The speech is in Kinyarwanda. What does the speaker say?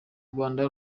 rwanda